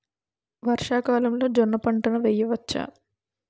వర్షాకాలంలో జోన్న పంటను వేయవచ్చా?